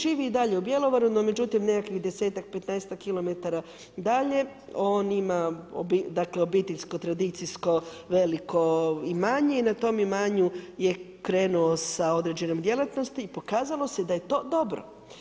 Živi i dalje u Bjelovaru, no, međutim, nekakvih 10-15-ak kilometara dalje on ima obiteljsko, tradicijsko veliko imanje i na tom imanju je krenuo sa određenom djelatnosti i pokazalo se da je to dobro.